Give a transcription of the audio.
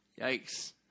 Yikes